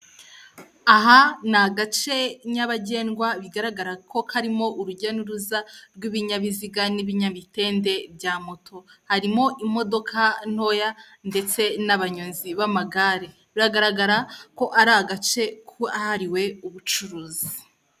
Aha ni agace nyabagendwa bigaragara ko harimo urujya n'uruza rw'ibinyabiziga n'ibinyamitende bya moto, harimo imodoka ntoya ndetse n'abanyonzi b'amagare, biragaragara ko ari agace kahariwe ubucuruzi.